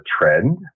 trend